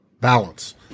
balance